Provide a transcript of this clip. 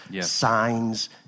signs